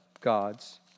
God's